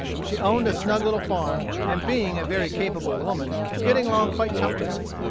she owned a snug little farm, and being a very capable woman, was getting along quite comfortably.